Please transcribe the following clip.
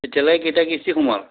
এতিয়ালে কেইটা কিস্তি সোমাল